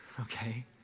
okay